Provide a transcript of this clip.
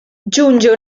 giunge